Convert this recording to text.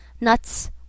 nuts